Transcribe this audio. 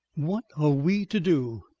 what are we to do?